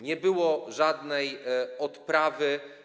Nie było żadnej odprawy.